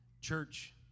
church